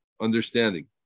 understanding